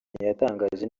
ntiyatangaje